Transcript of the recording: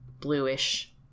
bluish-